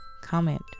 comment